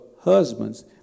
husbands